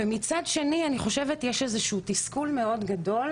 מצד שני, אני חושבת, יש איזשהו תסכול מאוד גדול